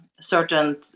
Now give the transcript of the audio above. certain